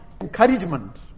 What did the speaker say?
encouragement